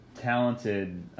talented